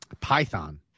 Python